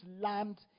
land